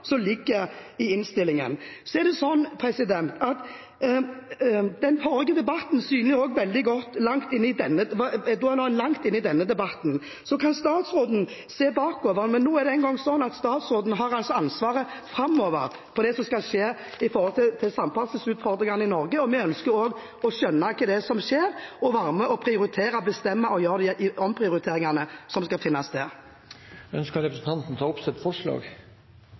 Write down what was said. i innstillingen. Så er det sånn at den forrige debatten går langt inn i denne debatten, så da kan statsråden se bakover. Men nå er det engang sånn at statsråden har ansvaret framover for det som skal skje når det gjelder samferdselsutfordringene i Norge. Vi ønsker også å skjønne hva det er som skjer, og å være med og prioritere, bestemme og gjøre de omprioriteringene som skal finne sted. Ønsker representanten å ta opp sitt forslag?